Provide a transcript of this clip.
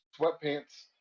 sweatpants